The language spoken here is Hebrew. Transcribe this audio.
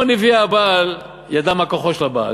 הלוא מי כמו נביאי הבעל ידע מה כוחו של הבעל,